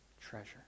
treasure